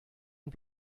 und